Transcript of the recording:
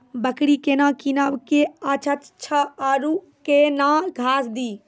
बकरी केना कीनब केअचछ छ औरू के न घास दी?